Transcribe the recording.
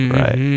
right